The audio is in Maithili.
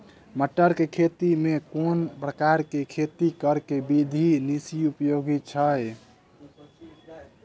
मटर केँ खेती मे केँ प्रकार केँ खेती करऽ केँ विधि बेसी उपयोगी छै?